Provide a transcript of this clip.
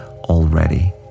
already